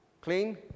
Clean